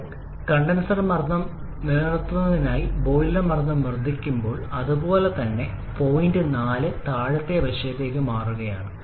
നിങ്ങൾ കണ്ടൻസർ മർദ്ദം നിലനിർത്തുന്നത്തിനായി ബോയിലർ മർദ്ദം വർദ്ധിപ്പിക്കുമ്പോൾ അതുപോലെ തന്നെ പോയിന്റ് 4 താഴേയ്ക്ക് വശത്തേക്ക് മാറുകയാണ്